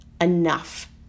enough